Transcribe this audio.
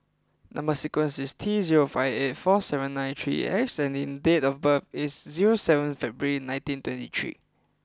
number sequence is T zero five eight four seven nine three X and date of birth is zero seven February nineteen twenty three